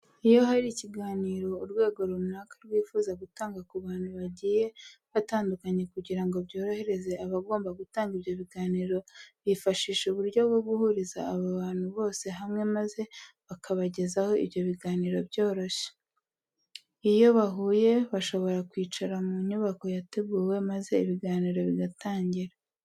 Iyo hari ikiganiro urwego runaka rwifuza gutanga ku bantu bagiye batandukanye kugira ngo byorohereze abagomba gutanga ibyo biganiro bifashisha uburyo bwo guhuriza abo bantu bose hamwe maze bakabagezaho ibyo biganiro byoroshye. Iyo bahuye bashobora kwicara mu nyubako yateguwe maze ibiganiro bigatangira.